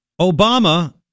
Obama